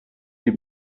die